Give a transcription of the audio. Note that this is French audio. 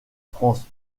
france